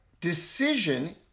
decision